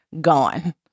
Gone